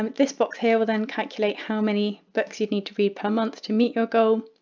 um this box here will then calculate how many books you need to read per month to meet your goal.